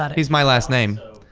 ah he's my last name.